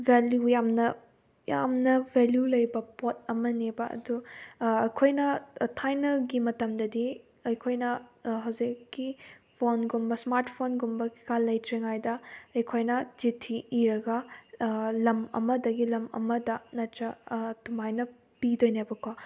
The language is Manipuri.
ꯚꯦꯂꯨ ꯌꯥꯝꯅ ꯌꯥꯝꯅ ꯚꯦꯂꯨ ꯂꯩꯕ ꯄꯣꯠ ꯑꯃꯅꯦꯕ ꯑꯗꯨ ꯑꯩꯈꯣꯏꯅ ꯊꯥꯏꯅꯒꯤ ꯃꯇꯝꯗꯗꯤ ꯑꯩꯈꯣꯏꯅ ꯍꯧꯖꯤꯛꯀꯤ ꯐꯣꯟꯒꯨꯝꯕ ꯏꯁꯃꯥꯔꯠ ꯐꯣꯟꯒꯨꯝꯕ ꯀꯩꯀꯥ ꯂꯩꯇ꯭ꯔꯤꯉꯩꯗ ꯑꯩꯈꯣꯏꯅ ꯆꯤꯊꯤ ꯏꯔꯒ ꯂꯝ ꯑꯃꯗꯒꯤ ꯂꯝ ꯑꯃꯗ ꯅꯠꯇ꯭ꯔ ꯑꯗꯨꯃꯥꯏꯅ ꯄꯤꯗꯣꯏꯅꯦꯕꯀꯣ